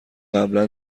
قبلا